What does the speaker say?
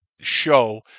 show